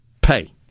pay